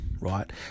right